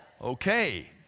Okay